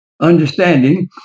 understanding